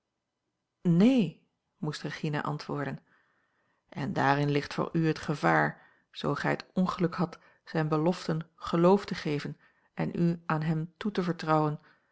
neen moest regina antwoorden en daarin ligt voor u het gevaar zoo gij het ongeluk hadt zijne beloften geloof te geven en u aan hem toe te vertrouwen